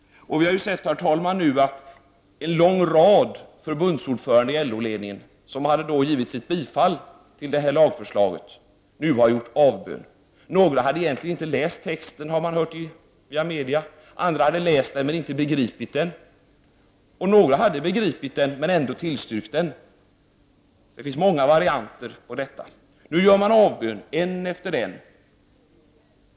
Nu har vi sett hur en lång rad förbundsordförande i LO-ledningen, som hade givit sitt bifall till lagförslaget, har gjort avbön. Några hade egentligen inte läst texten, har man hört via media, andra hade läst men inte begripit och några hade begripit men ändå tillstyrkt — det finns många varianter. Nu gör de avbön, en efter en.